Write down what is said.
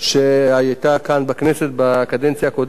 שהיתה כאן בכנסת בקדנציה הקודמת.